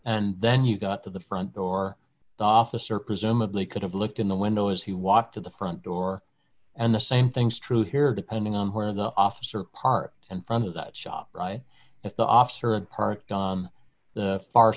and then you got to the front door the officer presumably could have looked in the window as he walked to the front door and the same things true here depending on where the officer parked in front of that shop right at the officer and parked on the far